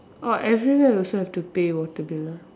orh everywhere also have to pay water bill ah